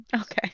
Okay